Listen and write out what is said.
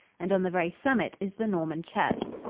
and on the very summit is the norman church.